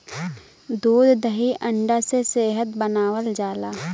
दूध दही अंडा से सेहत बनावल जाला